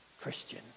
Christian